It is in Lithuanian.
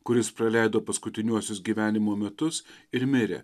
kuris praleido paskutiniuosius gyvenimo metus ir mirė